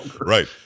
Right